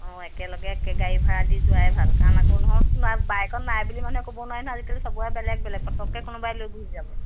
অঁ একেলগে একে গাড়ী ভাড়া দি যোৱাই ভাল কাৰণ আকৌ নহক নাই বাইকত নাই বুলি মানুহে ক'ব নোৱাৰি নহয় আজিকালি চবৰে বেলেগ বেলেগ পটকে কোনোৱাই লৈ গুচি যাব